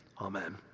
Amen